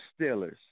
Steelers